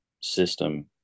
system